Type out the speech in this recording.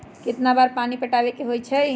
कितना बार पानी पटावे के होई छाई?